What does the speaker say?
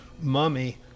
mummy